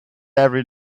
every